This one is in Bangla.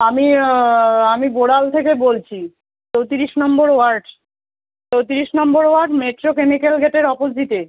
আমি আমি বোড়াল থেকে বলছি চৌতিরিশ নম্বর ওয়ার্ড চৌতিরিশ নম্বর ওয়ার্ড মেট্রো কেমিকেল গেটের অপোজিটে